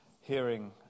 hearing